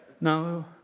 No